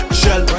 shell